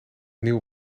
nieuwe